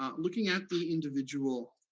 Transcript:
um looking at the individual,